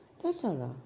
that's all ah